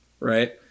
Right